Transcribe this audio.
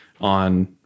on